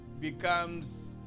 becomes